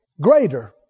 greater